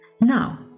Now